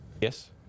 Yes